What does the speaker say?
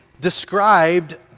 described